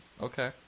Okay